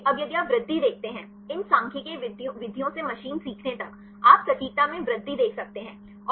इसलिए अब यदि आप वृद्धि देखते हैं इन सांख्यिकीय विधियों से मशीन सीखने तक आप सटीकता में वृद्धि देख सकते हैं